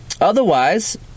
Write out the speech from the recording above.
Otherwise